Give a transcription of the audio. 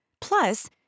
Plus